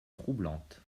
troublante